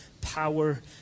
power